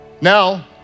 Now